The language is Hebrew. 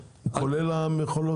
כולל המכולות?